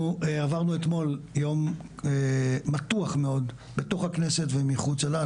עברנו אתמול יום מתוח מאוד בתוך הכנסת ומחוצה לה,